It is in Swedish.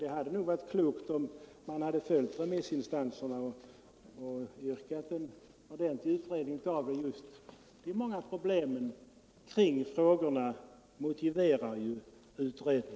Det hade nog varit klokt om utskottet följt remissinstanserna och yrkat på en allsidig utredning. De anförda problemen motiverar en sådan.